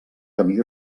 camí